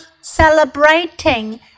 celebrating